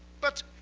but